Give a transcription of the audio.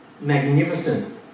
magnificent